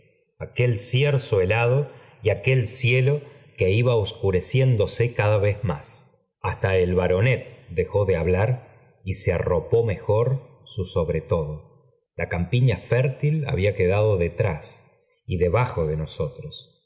aquel cierzo helado y aquel cielo que iba obscureciéndose ada v más hasta el baronet dejó d b hablar y se arropó mejor su sobretodo la campiña fértil había quedado detrás y debajo de nosotros